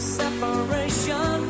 separation